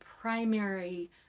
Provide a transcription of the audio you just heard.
primary